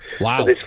Wow